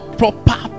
proper